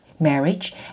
marriage